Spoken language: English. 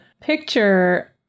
picture